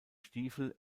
stiefel